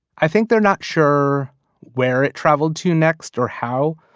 i think they're not sure where it traveled to next or how,